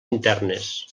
internes